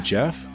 Jeff